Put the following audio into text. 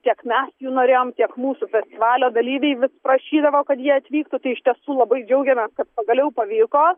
tiek mes jų norėjom tiek mūsų festivalio dalyviai vis prašydavo kad jie atvyktų tai iš tiesų labai džiaugiamės kad pagaliau pavyko